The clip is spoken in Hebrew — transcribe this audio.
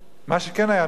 מה שכן היה נורא,